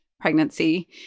pregnancy